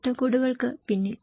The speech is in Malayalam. ചട്ടക്കൂടുകൾക്ക് പിന്നിൽ